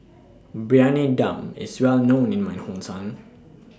Briyani Dum IS Well known in My Hometown